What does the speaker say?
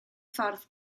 ffordd